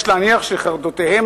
יש להניח שחרדותיהם